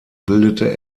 bildete